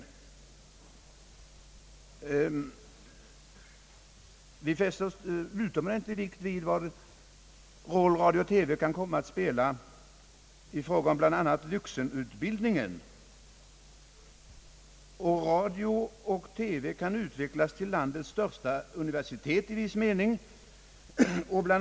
Vi fäster utomordentlig vikt vid den roll radio-TV kan komma att spela i fråga om bl.a. vuxenutbildningen. Radio-TV skulle kunna utvecklas till landets största universitet i viss mening. Bl.